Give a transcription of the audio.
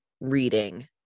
reading –